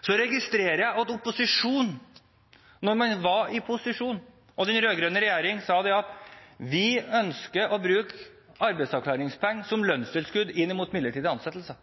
Så registrerer jeg at opposisjonen – den rød-grønne regjeringen – sa da man var i posisjon, at vi ønsker å bruke arbeidsavklaringspenger som lønnstilskudd inn mot midlertidige ansettelser.